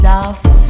Love